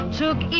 took